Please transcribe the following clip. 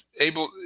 able –